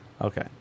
Okay